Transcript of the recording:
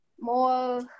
more